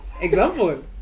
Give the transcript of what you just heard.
example